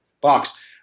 box